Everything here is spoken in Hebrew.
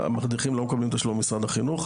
והמדריכים לא מקבלים תשלום ממשרד החינוך.